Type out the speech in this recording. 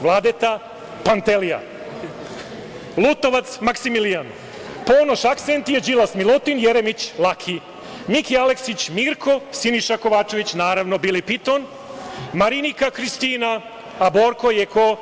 Vledeta - Pantelija, Lutovac - Makisimilijan, Ponoš - Aksentije, Đilas - Milutin, Jeremić - Laki, Miki Aleksić - Mirko, Siniša Kovačević, naravno - Bili Piton, Marinika - Kristina, a Borko je ko?